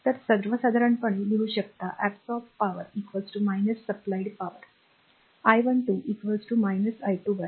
तर सर्वसाधारणपणे लिहू शकता Absorbed powerवीज शोषली supplied powerपुरवलेल्या शक्तीची